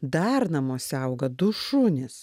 dar namuose auga du šunys